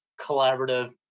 collaborative